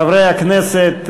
חברי הכנסת,